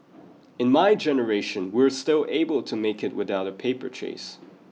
in my generation we were still able to make it without a paper chase